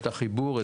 את החיבור,